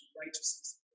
righteousness